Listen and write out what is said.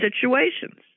situations